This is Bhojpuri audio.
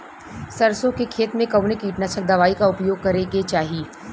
सरसों के खेत में कवने कीटनाशक दवाई क उपयोग करे के चाही?